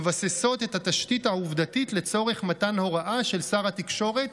המבססת את התשתית העובדתית לצורך מתן הוראה של שר התקשורת